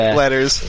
letters